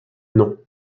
non